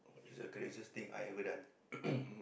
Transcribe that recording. is a craziest thing I ever done